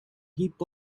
heap